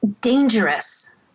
dangerous